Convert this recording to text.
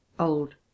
old